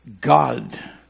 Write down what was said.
God